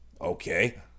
Okay